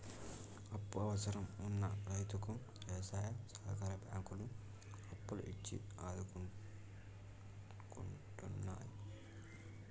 అప్పు అవసరం వున్న రైతుకు వ్యవసాయ సహకార బ్యాంకులు అప్పులు ఇచ్చి ఆదుకుంటున్నాయి